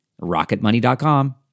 RocketMoney.com